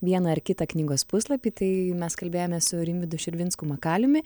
vieną ar kitą knygos puslapį tai mes kalbėjomės su rimvydu širvinsku makaliumi